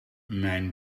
mijn